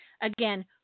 Again